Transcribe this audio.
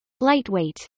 Lightweight